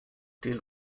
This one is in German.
den